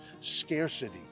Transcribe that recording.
scarcity